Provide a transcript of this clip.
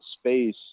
space